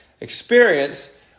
Experience